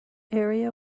area